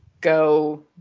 go